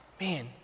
man